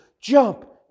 jump